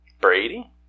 Brady